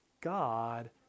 God